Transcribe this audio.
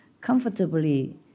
comfortably